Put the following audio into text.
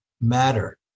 matter